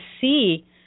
see